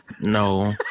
No